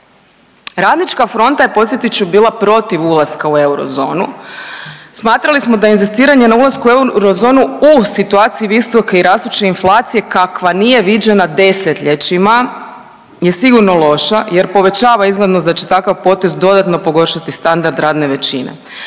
Radnička fronta je bila podsjetit ću bila protiv ulaska u eurozonu, smatrali smo da inzistiranje na ulasku u eurozonu u situaciji visoke i rastuće inflacije kakva nije viđena desetljećima je sigurno loša jer povećava izglednost da će takav potez dodatno pogoršati standard radne većine,